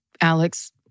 Alex